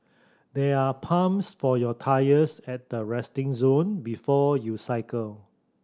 there are pumps for your tyres at the resting zone before you cycle